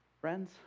Friends